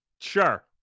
sure